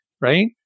Right